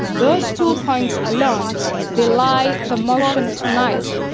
those two ah points alone belie the motion tonight,